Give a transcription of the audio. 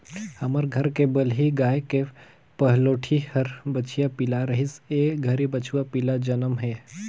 हमर घर के बलही गाय के पहलोठि हर बछिया पिला रहिस ए घरी बछवा पिला जनम हे